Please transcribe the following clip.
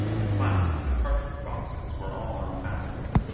the flaps of the cartridge boxes were all unfastened,